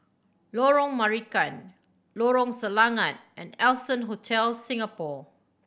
Lorong Marican Lorong Selangat and Allson Hotel Singapore